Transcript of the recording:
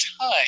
time